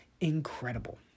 Incredible